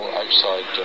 outside